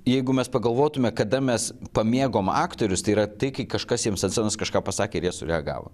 jeigu mes pagalvotume kada mes pamėgom aktorius tai yra tai kai kažkas jiems ant scenos kažką pasakė ir jie sureagavo